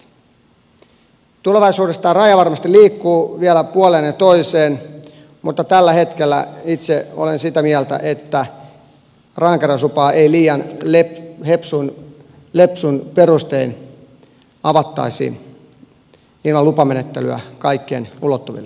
tulevaisuudessa tämä raja varmasti liikkuu vielä puoleen ja toiseen mutta tällä hetkellä itse olen sitä mieltä että rahankeräyslupaa ei liian lepsuin perustein avattaisi ilman lupamenettelyä kaikkien ulottuville